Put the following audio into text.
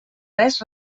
res